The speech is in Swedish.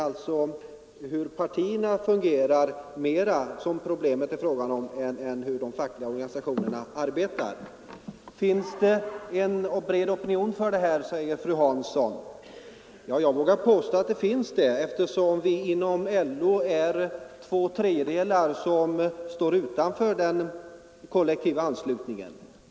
Problemet gäller alltså mera hur partierna fungerar än hur de fackliga organisationerna arbetar. Finns det en bred opinion för detta? frågar fru Hansson. Jag vågar påstå att det finns det, eftersom två tredjedelar av de LO-anslutna medlemmarna står utanför den kollektiva anslutningen.